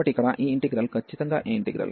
కాబట్టి ఇక్కడ ఈ ఇంటిగ్రల్ ఖచ్చితంగా ఈ ఇంటిగ్రల్